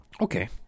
Okay